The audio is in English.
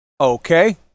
okay